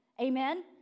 Amen